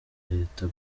leta